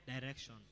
direction